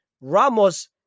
Ramos